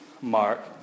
mark